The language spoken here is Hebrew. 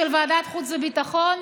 ועדת חוץ וביטחון.